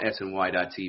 SNY.TV